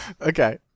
Okay